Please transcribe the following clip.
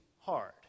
hard